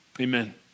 Amen